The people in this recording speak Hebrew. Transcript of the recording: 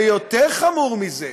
ויותר חמור מזה,